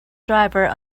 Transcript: driver